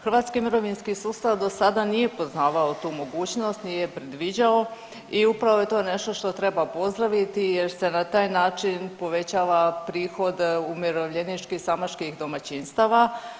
Hrvatski mirovinski sustav do sada nije poznavao tu mogućnost i nije je predviđao i upravo je to nešto što treba pozdraviti jer se na taj način povećava prihod umirovljeničkih samačkih domaćinstava.